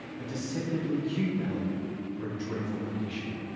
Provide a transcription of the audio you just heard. a deceptively cute name for a dreadful condition.